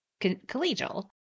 collegial